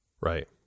Right